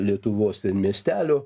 lietuvos ten miestelio